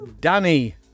Danny